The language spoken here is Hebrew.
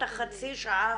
סעיד יוצא.